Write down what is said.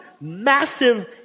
massive